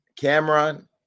Cameron